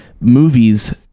movies